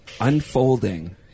Unfolding